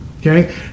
okay